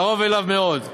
קרוב אליה מאוד,